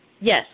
Yes